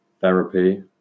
therapy